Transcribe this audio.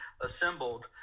assembled